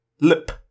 Lip